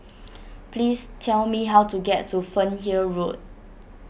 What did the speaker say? please tell me how to get to Fernhill Road